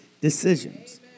decisions